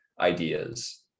ideas